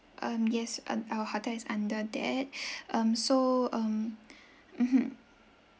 um yes um our hotel is under that um so um mmhmm